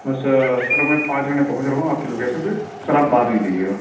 بس سر میں پانچ منٹ میں پہنچ رہا ہوں آپ کی لوکیشن پہ سر آپ باہر ہی رہیے گا